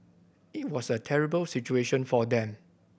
it was a terrible situation for them